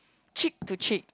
cheek to cheek